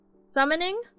Summoning